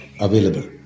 available